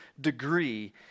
degree